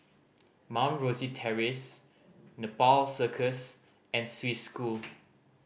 Mount Rosie Terrace Nepal Circus and Swiss School